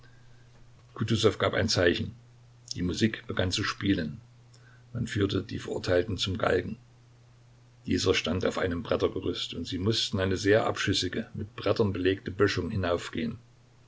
gab ein zeichen die musik begann zu spielen man führte die verurteilten zum galgen dieser stand auf einem brettergerüst und sie mußten eine sehr abschüssige mit brettern belegte böschung hinaufgehen